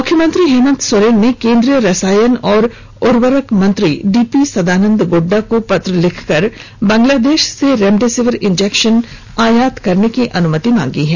मुख्यमंत्री हेमन्त सोरेन ने केन्द्रीय रसायन और उर्वरक मंत्री डीवी सदानंद गोड़डा को पत्र लिख कर बांग्लादेश से रेमडेसिविर इंजेक्शन आयात करने की अनुमति मांगी है